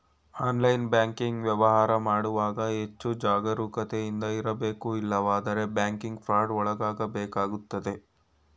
online banking ವ್ಯವಹಾರ ಮಾಡುವಾಗ ಹೆಚ್ಚು ಜಾಗರೂಕತೆಯಿಂದ ಇರಬೇಕು ಇಲ್ಲವಾದರೆ ಬ್ಯಾಂಕಿಂಗ್ ಫ್ರಾಡ್ ಒಳಗಾಗಬೇಕಾಗುತ್ತದೆ